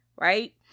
Right